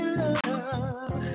love